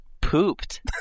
Pooped